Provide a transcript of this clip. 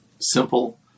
Simple